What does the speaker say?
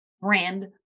brand